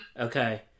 okay